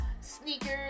sneakers